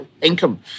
income